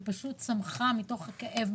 היא פשוט צמחה מתוך כאב,